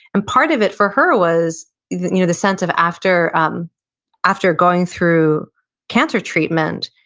and part of it for her was you know the sense of after um after going through cancer treatment,